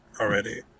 already